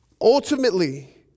Ultimately